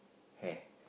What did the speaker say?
hair